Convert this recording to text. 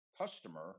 customer